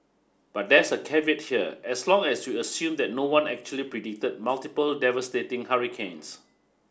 but there's a caveat here as long as we assume that no one actually predicted multiple devastating hurricanes